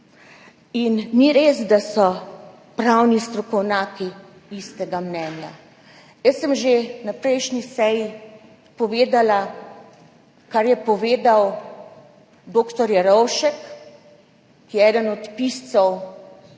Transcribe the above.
In ni res, da so pravni strokovnjaki istega mnenja. Jaz sem že na prejšnji seji povedala, kar je povedal dr. Jerovšek, ki je eden od piscev